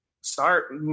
start